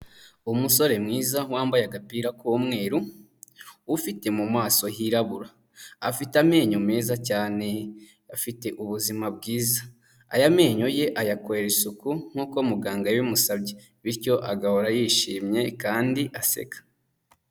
Umusore mwiza wambaye agapira k'umweru, ufite mu maso hirabura, afite amenyo meza cyane, afite ubuzima bwiza, aya menyo ye ayakorera isuku nkuko muganga yabimusabye, bityo agahora yishimye kandi aseka.